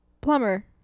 plumber